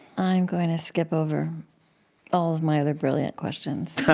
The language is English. i'm going to skip over all of my other brilliant questions